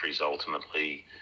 ultimately